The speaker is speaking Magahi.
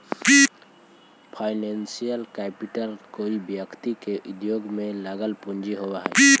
फाइनेंशियल कैपिटल कोई व्यक्ति के उद्योग में लगल पूंजी होवऽ हई